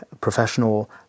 professional